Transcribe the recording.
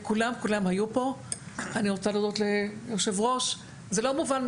אני רוצה להודות ליו"ר, זה לא מובן מאליו.